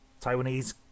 Taiwanese